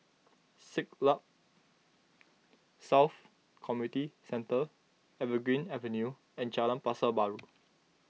Siglap South Community Centre Evergreen Avenue and Jalan Pasar Baru